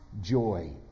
joy